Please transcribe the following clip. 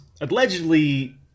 allegedly